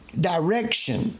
direction